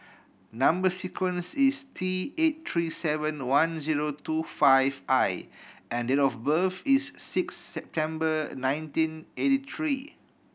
number sequence is T eight three seven one zero two five I and date of birth is six September nineteen eighty three